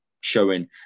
showing